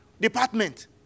department